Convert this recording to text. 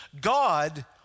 God